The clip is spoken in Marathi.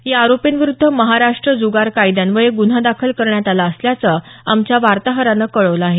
या आरोपींविरुद्ध महाराष्ट्र जुगार कायद्यान्वये गुन्हा दाखल करण्यात आला असल्याचं आमच्या वार्ताहरानं कळवलं आहे